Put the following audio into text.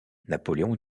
napoléon